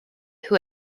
who